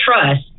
trust